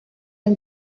and